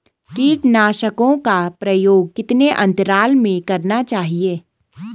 कीटनाशकों का प्रयोग कितने अंतराल में करना चाहिए?